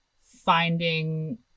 finding